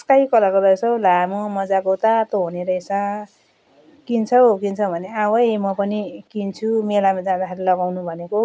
sky कलरको रहेछ हो लामो मजाको तातो हुने रहेछ किन्छौ किन्छौ भने आऊ है म पनि किन्छु मेलामा जाँदाखेरि लगाउनु भनेको